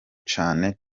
cane